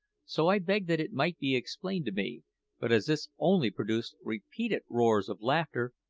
so i begged that it might be explained to me but as this only produced repeated roars of laughter,